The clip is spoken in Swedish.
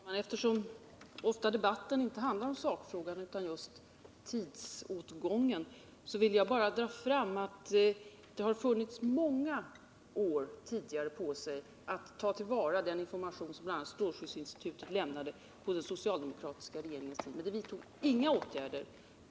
Herr talman! Eftersom debatten ofta inte handlar om sakfrågan utan just om tidsåtgången, vill jag bara dra fram att man under den socialdemokratiska regeringens tid haft många år på sig att ta till vara den information som bl.a. strålskyddsinstitutet lämnade, men det vidtogs inga åtgärder.